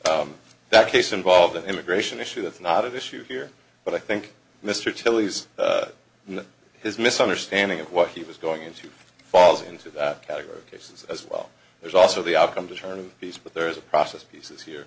past that case involved an immigration issue that's not of issue here but i think mr chiles in his misunderstanding of what he was going into falls into that category of cases as well there's also the outcome to turn these but there is a process of pieces here